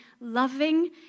loving